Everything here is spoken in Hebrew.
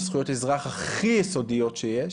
בזכויות אזרח הכי יסודיות שיש.